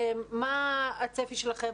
מה הצפי שלכם,